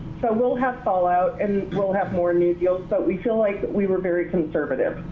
so we'll have fallout, and we'll have more new deals. but we feel like we were very conservative.